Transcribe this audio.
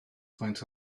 faint